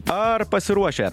ar pasiruošę